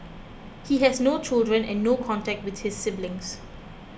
he has no children and no contact with his siblings